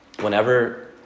whenever